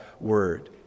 word